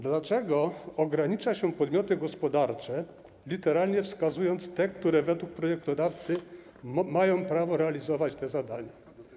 Dlaczego ogranicza się podmioty gospodarcze, literalnie wskazując te, które według projektodawcy mają prawo realizować te zadania?